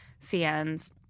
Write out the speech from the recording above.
CN's